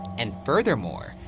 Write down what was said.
and furthermore,